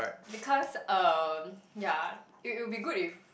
because uh yeah it it will be good if